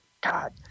God